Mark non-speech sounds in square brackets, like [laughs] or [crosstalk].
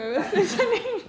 [laughs]